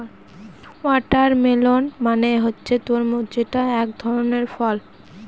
watermelon মানে হচ্ছে তরমুজ যেটা এক ধরনের ফল